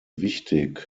wichtig